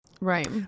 Right